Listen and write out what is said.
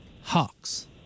hawks